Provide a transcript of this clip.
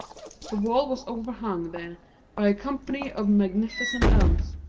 the wall was overhung there by a company of magnificent elms,